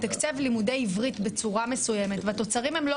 במשך שנים הוא מתקצב לימודי עברית בצורה מסוימת והתוצרים הם לא